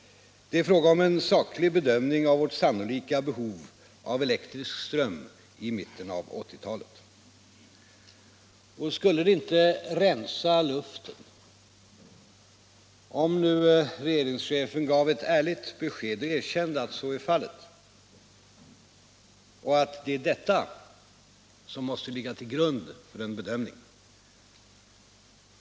Det är fråga om en saklig bedömning av vårt sannolika behov av elektrisk ström i mitten av 1980 talet. Skulle det inte rensa luften om regeringschefen gav ett ärligt besked, erkände att så är fallet och att det är detta som måste ligga till grund för en bedömning?